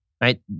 Right